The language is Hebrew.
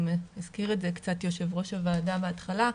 הזכיר את זה קצת יושב-ראש הוועדה בהתחלה,